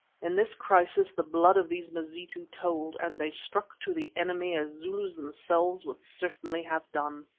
in this crisis the blood of these mazitu told, and they stuck to the enemy as zulus themselves would certainly have done.